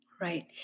Right